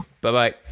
Bye-bye